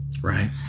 Right